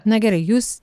na gerai jūs